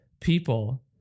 people